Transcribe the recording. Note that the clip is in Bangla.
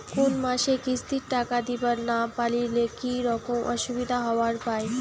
কোনো মাসে কিস্তির টাকা দিবার না পারিলে কি রকম অসুবিধা হবার পায়?